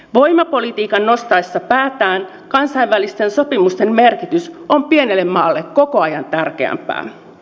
voimapolitiikan nostaessa päätään kansainvälisten sopimusten merkitys on pienelle maalle koko ajan tärkeämpää